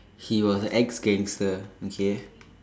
he was ex gangster okay